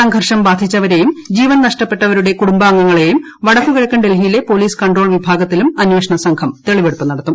സംഘർഷം ബാധിച്ചവരേയും ജീവൻ നഷ്ടപ്പെട്ടവരുടെ കുടുംബാംഗങ്ങളേയും വടക്കുകിഴക്കൻ ഡൽഹിയിലെ പോലീസ് കൺട്രോൾ വിഭാഗത്തിലും അന്വേഷണ സംഘം തെളിവെടുപ്പ് നടത്തും